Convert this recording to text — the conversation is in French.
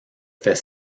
fait